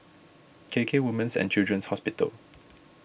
K K Women's and Children's Hospital